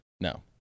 No